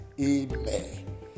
Amen